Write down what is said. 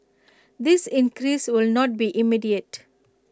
this increase will not be immediate